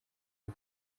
azi